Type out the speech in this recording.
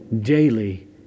daily